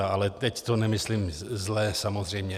Ale teď to nemyslím zle, samozřejmě.